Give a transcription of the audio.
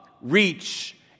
reach